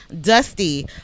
Dusty